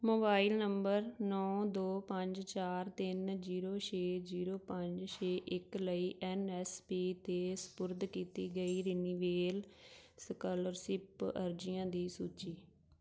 mobile number ਨੌਂ ਦੋ ਪੰਜ ਚਾਰ ਤਿੰਨ ਜੀਰੋ ਛੇ ਜੀਰੋ ਪੰਜ ਛੇ ਇੱਕ ਲਈ ਐਨ ਐਸ ਪੀ 'ਤੇ ਸਪੁਰਦ ਕੀਤੀ ਗਈ ਰਿਨਿਵੇਲ ਸਕਾਲਰਸਿਪ ਅਰਜ਼ੀਆਂ ਦੀ ਸੂਚੀ